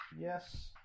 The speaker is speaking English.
yes